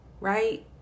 right